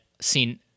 seen